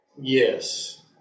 Yes